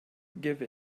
give